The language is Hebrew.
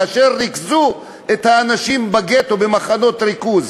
כאשר ריכזו את האנשים מהגטו במחנות ריכוז.